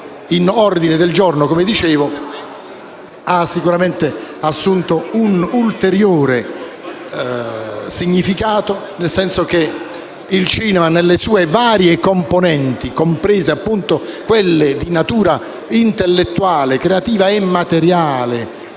sottosegretario Cesaro, ha sicuramente assunto un ulteriore significato, nel senso che il cinema, nelle sue varie componenti, comprese quelle di natura intellettuale, creativa e immateriale,